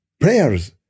prayers